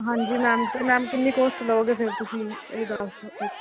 ਹਾਂਜੀ ਮੈਮ ਤੇ ਮੈਮ ਕਿੰਨੀ ਕੋਸਟ ਲਓਗੇ ਫੇਰ ਤੁਸੀਂ ਇਹ ਦੱਸ ਦੋ ਤੇ